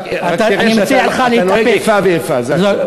אני יורד.